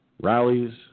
Rallies